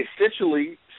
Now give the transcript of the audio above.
Essentially